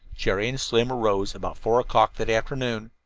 jerry and slim arose about four o'clock that afternoon.